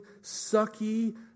sucky